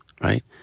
right